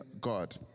God